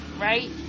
right